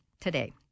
today